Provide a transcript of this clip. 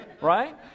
right